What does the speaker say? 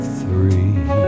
three